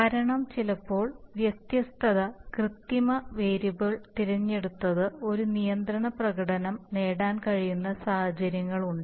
കാരണം ചിലപ്പോൾ വ്യത്യസ്ത കൃത്രിമ വേരിയബിളുകൾ തിരഞ്ഞെടുത്ത് ഒരേ നിയന്ത്രണ പ്രകടനം നേടാൻ കഴിയുന്ന സാഹചര്യങ്ങളുണ്ട്